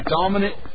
dominant